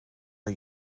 are